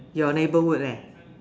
your neighbourhood leh